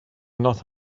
not